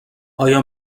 آیا